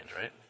right